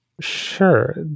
Sure